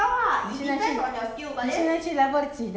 orh 可以不用花钱也是可以玩到 level 几 level 几